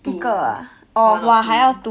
two one or two